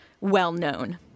Well-known